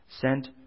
sent